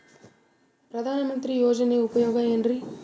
ಪ್ರಧಾನಮಂತ್ರಿ ಯೋಜನೆ ಉಪಯೋಗ ಏನ್ರೀ?